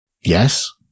Yes